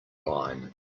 line